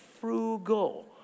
frugal